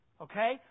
Okay